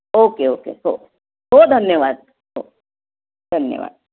okay okay हो हो धन्यवाद हो धन्यवाद